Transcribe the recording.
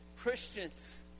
Christians